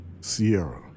Sierra